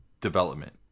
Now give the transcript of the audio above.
development